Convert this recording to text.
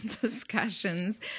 discussions